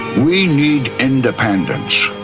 we need independence.